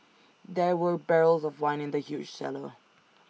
there were barrels of wine in the huge cellar